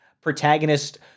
protagonist